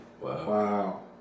Wow